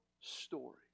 story